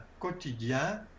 quotidien